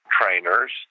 trainers